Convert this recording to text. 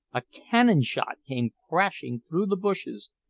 a cannon-shot came crashing through the bushes,